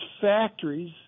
factories